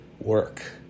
work